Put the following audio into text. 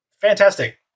fantastic